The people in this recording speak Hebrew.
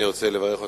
אני רוצה לברך אותך,